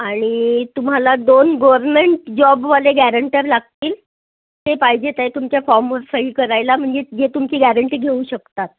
आणि तुम्हाला दोन गव्हरमेंट जॉबवाले गॅरेंटर लागतील ते पाहिजेत ते तुमच्या फॉर्मवर सही करायला म्हणजे जे तुमची गॅरेंटी घेऊ शकतात